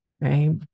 right